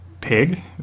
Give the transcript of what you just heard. pig